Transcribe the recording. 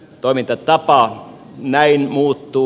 toimintatapa näin muuttuu